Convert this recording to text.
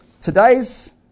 today's